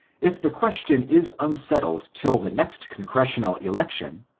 if the question is unsettled till the next congressional election,